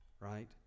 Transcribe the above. right